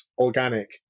organic